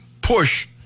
push